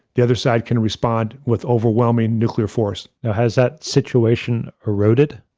the other side can respond with overwhelming nuclear force. now has that situation eroded?